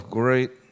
great